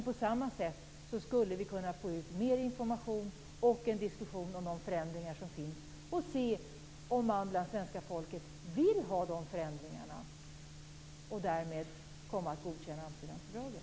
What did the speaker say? På samma sätt skulle vi kunna få ut mer information och en diskussion om de förändringar som kommer att ske och se om svenska folket vill ha de förändringarna och därmed kommer att godkänna Amsterdamfördraget.